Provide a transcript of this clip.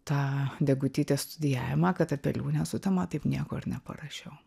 tą degutytės studijavimą kad apie liūnę sutemą taip nieko ir neparašiau